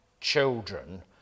children